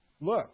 look